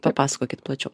papasakokit plačiau